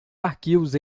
arquivos